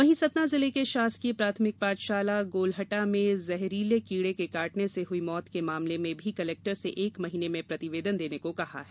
वहीं सतना जिले के शासकीय प्राथमिक पाठशाला गोलहटा में जहरीले कीड़े के काटने से हुई मौत के मामले में कलेक्टर से एक महिने में प्रतिवेदन देने को कहा है